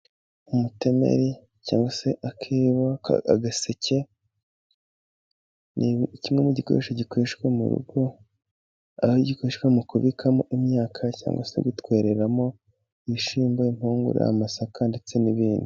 Umutemeri cyangwa se akebo agaseke, kimwe mu bikoresho bikoreshwa mu rugo, aho gikoreshwa mu kubikamo imyaka cyangwa se gutwereramo ibishyimbo, impungure, amasaka ndetse n'ibindi.